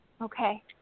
Okay